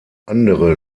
andere